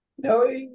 No